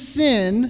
sin